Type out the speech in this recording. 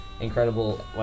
incredible